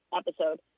episode